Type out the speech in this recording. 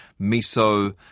Miso